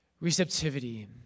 receptivity